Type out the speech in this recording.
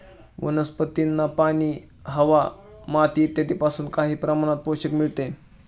वनस्पतींना पाणी, हवा, माती इत्यादींपासून काही प्रमाणात पोषण मिळते